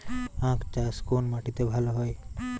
আখ চাষ কোন মাটিতে ভালো হয়?